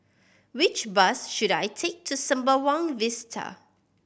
which bus should I take to Sembawang Vista